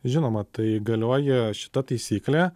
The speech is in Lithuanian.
žinoma tai galioja šita taisyklė